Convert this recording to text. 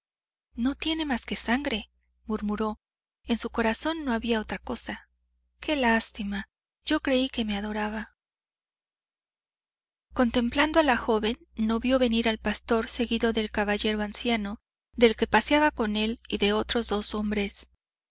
no tiene más que sangre murmuró en su corazón no había otra cosa qué lástima yo creí que me adoraba contemplando a la joven no vio venir al pastor seguido del caballero anciano del que paseaba con él y de otros dos hombres